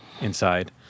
inside